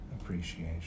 appreciation